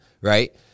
Right